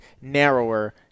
narrower